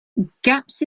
gaps